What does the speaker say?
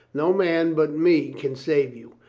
no man but me can save you.